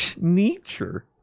Nature